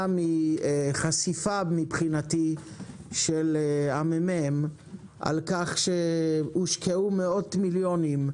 מחשיפה של הממ"מ על כך שהושקעו מאות מיליונים,